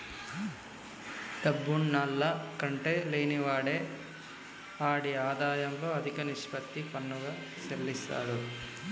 డబ్బున్నాల్ల కంటే లేనివాడే ఆడి ఆదాయంలో అదిక నిష్పత్తి పన్నుగా సెల్లిత్తారు